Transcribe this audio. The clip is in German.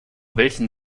welchen